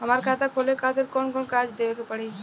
हमार खाता खोले खातिर कौन कौन कागज देवे के पड़ी?